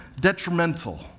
detrimental